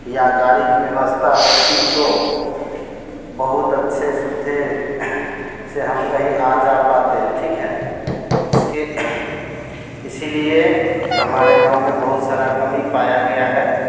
या गाड़ी की व्यवस्था होती तो बहुत अच्छा सुविधा से हम कहीं आ जा पाते हैं ठीक है इसके इसीलिए हमारे गाँव में बहुत सारी कमी पाया गया है